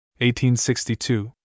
1862